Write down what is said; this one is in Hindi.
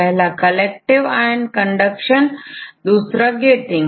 पहला सिलेक्टेड आयन कंडक्शन और दूसरा गेटिंग